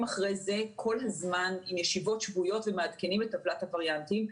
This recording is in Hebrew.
אחרי זה כל הזמן עם ישיבות שבועיות ומעדכנים את טבלת הווריאנטים.